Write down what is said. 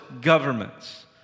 governments